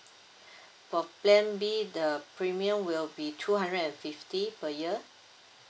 for plan B the premium will be two hundred and fifty per year